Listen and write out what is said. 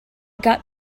got